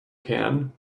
can